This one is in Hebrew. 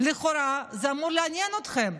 זה אמור לעניין, לכאורה,